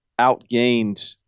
outgained